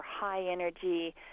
high-energy